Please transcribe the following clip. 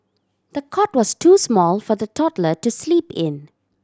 the cot was too small for the toddler to sleep in